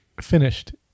finished